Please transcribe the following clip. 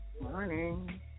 morning